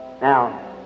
Now